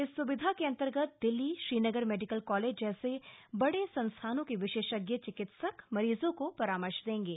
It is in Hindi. इस स्विधा के अन्तर्गत दिल्ली श्रीनगर मेडिकल कालेज जैसे बड़े संस्थानों के विशेषज्ञ चिकित्सक मरीजों को परामर्श देंगे